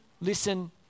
listen